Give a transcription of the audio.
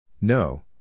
No